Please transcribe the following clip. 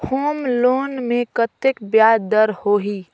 Home loan मे कतेक ब्याज दर होही?